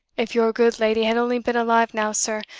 if your good lady had only been alive now, sir,